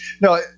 No